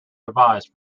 devised